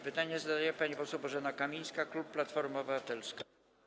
Pytanie zada pani poseł Bożena Kamińska, klub Platforma Obywatelska.